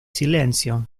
silenzio